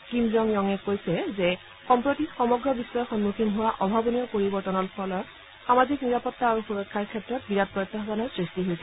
Kim Jong ইয়ঙে কৈছে যে সম্প্ৰতি সমগ্ৰ বিধ্বই সম্মুখীন হোৱা অভাৱনীয় পৰিৱৰ্তনৰ ফলত সামাজিক নিৰাপত্তা আৰু সুৰক্ষাৰ ক্ষেত্ৰত বিৰাট প্ৰত্যাহানৰ সৃষ্টি হৈছে